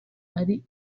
ari